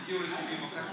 הגיעו ל-70%.